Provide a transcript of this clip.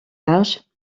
large